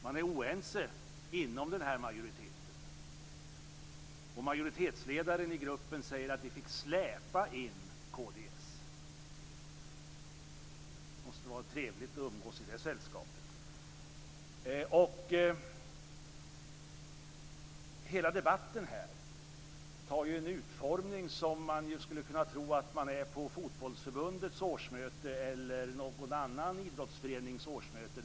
Man är oense inom majoriteten, och ledaren i majoritetsgruppen säger att man fick släpa in kd. Det måste vara trevligt att umgås i det sällskapet. Hela debatten har en sådan utformning att man skulle kunna tro att man är på ett årsmöte inom Fotbollförbundet eller någon annan idrottsorganisation.